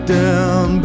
down